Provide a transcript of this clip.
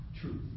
Truth